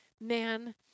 man